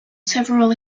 several